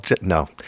No